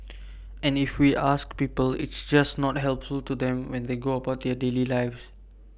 and if we ask people it's just not helpful to them when they go about their daily lives